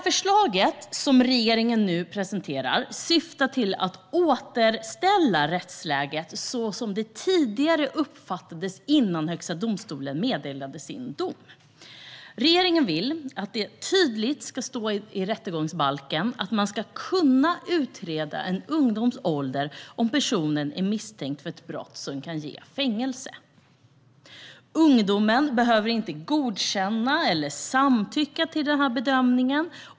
Förslaget som regeringen nu presenterar syftar till att återställa rättsläget så som det uppfattades tidigare, innan Högsta domstolen meddelade sin dom. Regeringen vill att det tydligt ska stå i rättegångsbalken att man ska kunna utreda en ungdoms ålder om personen är misstänkt för brott som kan ge fängelse. Ungdomen behöver inte godkänna eller samtycka till åldersbedömningen.